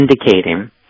indicating